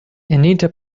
anita